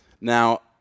Now